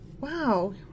Wow